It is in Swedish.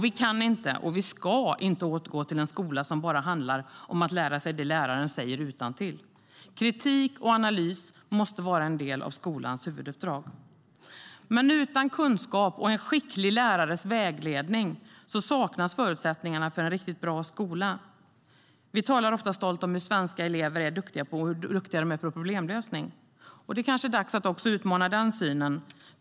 Vi kan inte och vi ska inte återgå till en skola som bara handlar om att lära sig det läraren säger utantill. Kritik och analys måste vara en del av skolans huvuduppdrag. Men utan kunskap och en skicklig lärares vägledning saknas förutsättningarna för en riktigt bra skola. Vi talar ofta stolt om hur duktiga svenska elever är på problemlösning. Det är kanske dags att också utmana den synen.